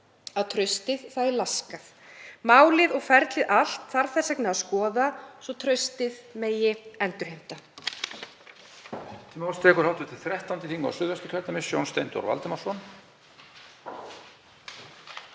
að traustið er laskað. Málið og ferlið allt þarf þess vegna að skoða svo að traustið megi endurheimta.